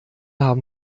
haben